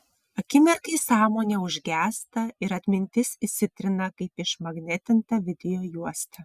akimirkai sąmonė užgęsta ir atmintis išsitrina kaip išmagnetinta videojuosta